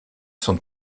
sont